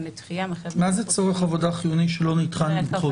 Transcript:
לדחייה --- מה זה צורך עבודה חיוני שלא ניתן לדחות?